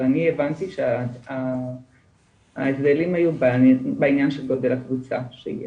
אבל אני הבנתי שההבדלים היו בעניין של גודל הקבוצה שתהיה.